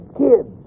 kids